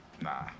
Nah